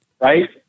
right